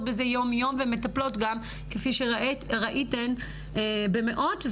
בזה יומיום ומטפלות גם כפי שראיתן במאות,